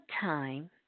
time